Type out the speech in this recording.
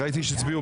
תשעה.